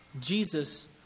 Jesus